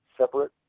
separate